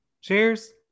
cheers